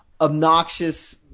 obnoxious